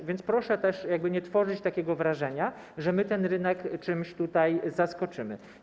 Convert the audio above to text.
A więc proszę też nie tworzyć takiego wrażenia, że my ten rynek czymś tutaj zaskoczymy.